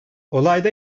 olayda